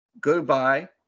Goodbye